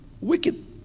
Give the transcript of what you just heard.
wicked